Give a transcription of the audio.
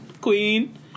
Queen